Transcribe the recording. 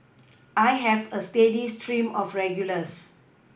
I have a steady stream of regulars